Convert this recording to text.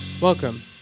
Welcome